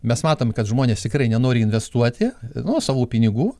mes matom kad žmonės tikrai nenori investuoti nuosavų pinigų